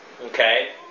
okay